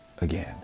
again